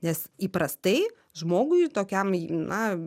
nes įprastai žmogui tokiam na